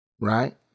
Right